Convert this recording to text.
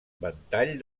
ventall